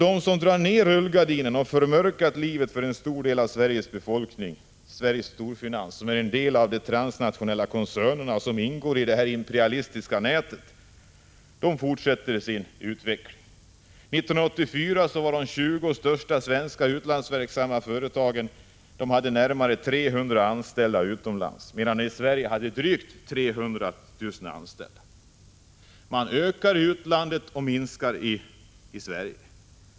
De som drar ned rullgardinerna och förmörkar livet för en stor del av Sveriges befolkning — Sveriges storfinans som en del i de transnationella koncerner som ingår i det imperialistiska nätet — fortsätter sin utveckling. År 1984 hade de 20 största svenska utlandsverksamma företagen närmare 300 000 anställda utomlands, medan man i Sverige hade drygt 300 000 anställda. Man ökar verksamheten i utlandet och minskar i Sverige.